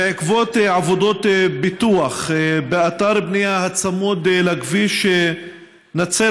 בעקבות עבודות פיתוח באתר בנייה הצמוד לכביש נצרת